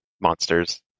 monsters